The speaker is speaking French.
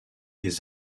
des